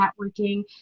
networking